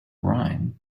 rhyme